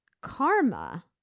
karma